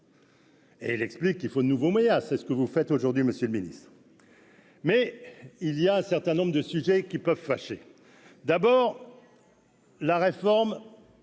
Et elle explique qu'il faut de nouveaux moyens, c'est ce que vous faites aujourd'hui, Monsieur le Ministre. Mais il y a un certain nombre de sujets qui peuvent fâcher : d'abord la réforme.